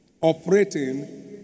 operating